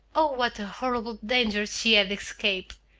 oh, what a horrible danger she had escaped!